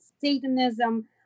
Satanism